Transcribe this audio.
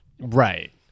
Right